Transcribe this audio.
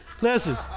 Listen